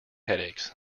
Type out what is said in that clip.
headaches